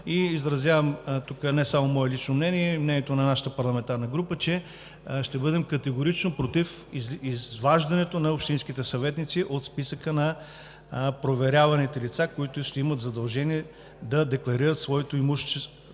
изразявам не само мое лично мнение, а мнението и на нашата парламентарна група, че ще бъдем категорично против изваждането на общинските съветници от списъка на проверяваните лица, които ще имат задължение да декларират своето имущество